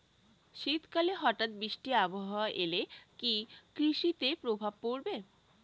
শীত কালে হঠাৎ বৃষ্টি আবহাওয়া এলে কি কৃষি তে প্রভাব পড়বে?